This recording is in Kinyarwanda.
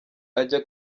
ajya